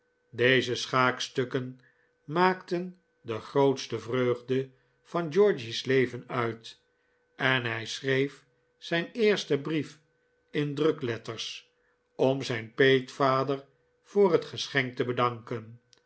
deze schaakstukken maakten de grootste vreugde van georgy's leven uit en hij schreef zijn eersten brief in drukletters om zijn peetvader voor het geschenk te bedanken